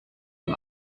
dem